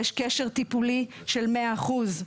יש קשר טיפולי של 100 אחוזים.